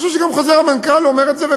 אני חושב שגם חוזר המנכ"ל אומר את זה,